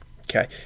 Okay